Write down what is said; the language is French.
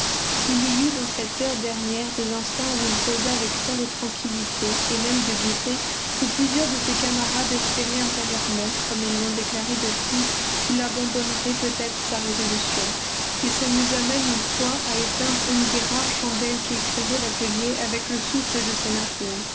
il y eut dans cette heure dernière des instants où il causa avec tant de tranquillité et même de gaieté que plusieurs de ses camarades espéraient intérieurement comme ils l'ont déclaré depuis qu'il abandonnerait peut-être sa résolution il s'amusa même une fois à éteindre une des rares chandelles qui éclairaient l'atelier avec le souffle de sa narine